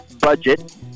budget